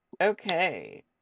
okay